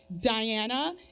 Diana